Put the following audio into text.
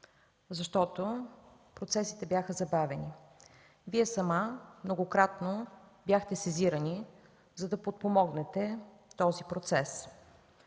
късно. Процесите бяха забавени. Вие самата многократно бяхте сезирани, за да подпомогнете този процес.